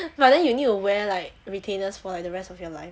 but then you need to wear like retainers for the rest of your life